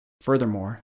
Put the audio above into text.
Furthermore